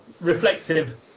reflective